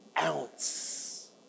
ounce